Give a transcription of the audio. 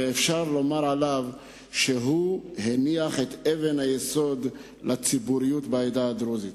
ואפשר לומר עליו שהוא הניח את אבן היסוד לציבוריות בעדה הדרוזית.